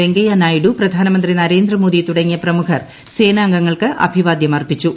വെങ്കയ്യനായിഡു പ്രധാനമന്ത്രി നരേന്ദ്രമോദി തുടങ്ങിയ പ്രമുഖർ സേനാംഗങ്ങൾക്ക് അഭിവാദ്യം അർപ്പിച്ചു